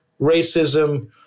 racism